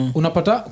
unapata